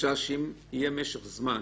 חשש שאם יהיה משך זמן